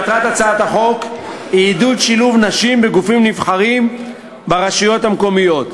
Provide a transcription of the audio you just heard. מטרת הצעת החוק היא לעודד שילוב נשים בגופים נבחרים ברשויות המקומיות.